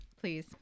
please